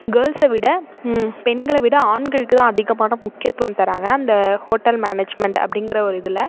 கேர்ள்ஸை விட பெண்களை விட ஆண்களுக்குதான் அதிகமான முக்கியத்துவம் தராங்க அந்த ஹோட்டல் மேனேஜ்மெண்ட் அப்படிங்கிற ஒரு இதில்